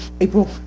April